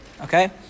Okay